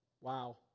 Wow